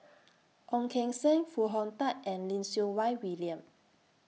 Ong Keng Sen Foo Hong Tatt and Lim Siew Wai William